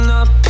up